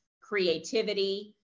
creativity